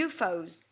UFOs